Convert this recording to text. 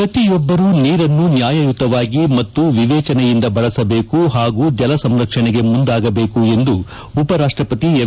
ಪ್ರತಿಯೊಬ್ಬರು ನೀರನ್ನು ನ್ಯಾಯಯುತವಾಗಿ ಮತ್ತು ವಿವೇಚನೆಯಿಂದ ಬಳಸಬೇಕು ಹಾಗೂ ಜಲ ಸಂರಕ್ಷಣೆಗೆ ಮುಂದಾಗಬೇಕು ಎಂದು ಉಪರಾಷ್ಟಪತಿ ಎಂ